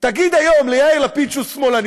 תגיד היום ליאיר לפיד שהוא שמאלני,